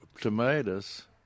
tomatoes